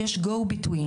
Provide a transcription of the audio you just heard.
שיש מישהו באמצע,